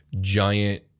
giant